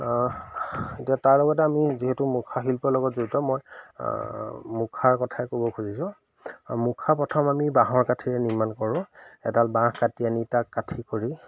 এতিয়া তাৰ লগতে আমি যিহেতু মুখা শিল্পৰ লগত জড়িত মই মুখাৰ কথাই ক'ব খুজিছোঁ মুখা প্ৰথম আমি বাঁহৰ কাঠিৰে নিৰ্মাণ কৰোঁ এডাল বাঁহ কাটি আনি তাক কাঠি কৰি